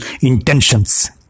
intentions